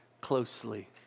closely